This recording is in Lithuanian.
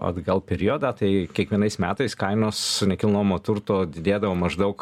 atgal periodą tai kiekvienais metais kainos nekilnojamo turto didėdavo maždaug